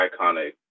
iconic